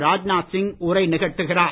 ராஜ்நாத் சிங் உரை நிகழ்த்துகிறார்